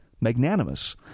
magnanimous